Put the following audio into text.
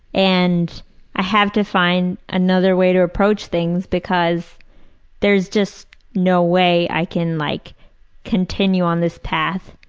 and i have to find another way to approach things because there is just no way i can like continue on this path.